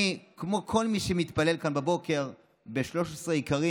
אני, כמו כל מי שמתפלל כאן בבוקר, ב-13 העיקרים,